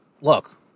look